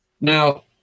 Now